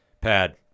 Pad